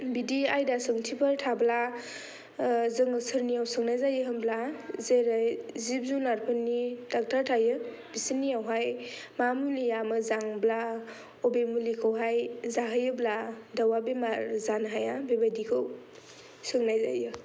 बिदि आइदा सोंथिफोर थाब्ला जोङो सोरनिआव सोंनाय जायो होमब्ला जेरै जिब जुनार फोरनि दाकटर थायो बिसिनिआवहाइ मा मुलिया मोजांब्ला अबे मुलिखौहाय जाहोयोब्ला दाउआ बिमार जानो हाया बेबायदिखौ सोंनाय जायो